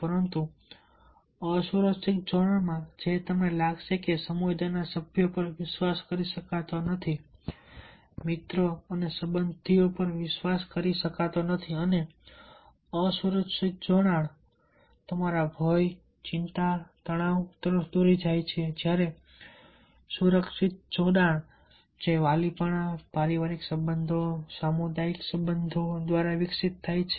પરંતુ અસુરક્ષિત જોડાણમાં જે તમને લાગશે કે સમુદાયના સભ્યો પર વિશ્વાસ કરી શકાતો નથી મિત્રો અને સંબંધીઓ પર વિશ્વાસ કરી શકાતો નથી અને અસુરક્ષિત જોડાણ તમારા ભય ચિંતા તણાવ તરફ દોરી જાય છે જ્યારે સુરક્ષિત જોડાણ જે વાલીપણા પારિવારિક સંબંધો સામુદાયિક સંબંધો દ્વારા વિકસિત થાય છે